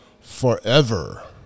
Forever